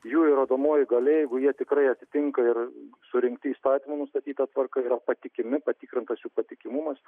jų įrodomoji galia jeigu jie tikrai atitinka ir surinkti įstatymų nustatyta tvarka yra patikimi patikrintas jų patikimumas